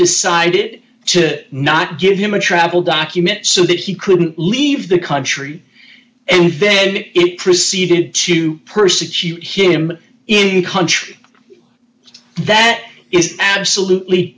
decided to not give him a travel document so that he couldn't leave the country and then it preceded to persecute him in country that is absolutely